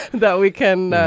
that we can,